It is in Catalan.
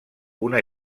una